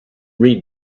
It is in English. read